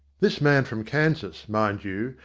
this man from kansas, mind you,